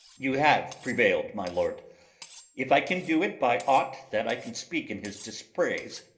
you have prevail'd, my lord if i can do it by aught that i can speak in his dispraise,